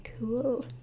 cool